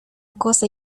cosa